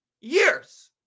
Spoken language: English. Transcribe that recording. years